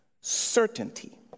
certainty